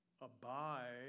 abide